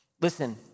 Listen